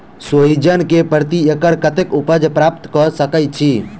सोहिजन केँ प्रति एकड़ कतेक उपज प्राप्त कऽ सकै छी?